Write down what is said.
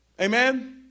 Amen